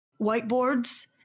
Whiteboards